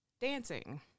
dancing